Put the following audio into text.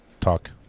talk